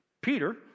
Peter